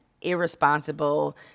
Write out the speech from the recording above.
irresponsible